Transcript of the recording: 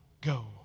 go